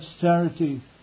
charity